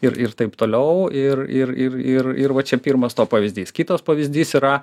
ir ir taip toliau ir ir ir ir ir va čia pirmas to pavyzdys kitas pavyzdys yra